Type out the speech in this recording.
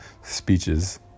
speeches